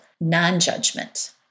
non-judgment